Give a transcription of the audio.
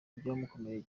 byamukomereye